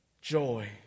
joy